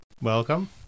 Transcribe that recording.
Welcome